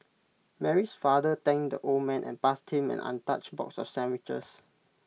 Mary's father thanked the old man and passed him an untouched box of sandwiches